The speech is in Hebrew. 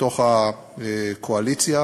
מתוך הקואליציה,